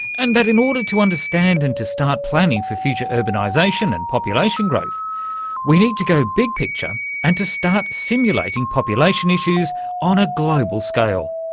and that in order to understand and to start planning for future urbanisation and population growth we need to go big-picture and to start simulating population issues on a global scale.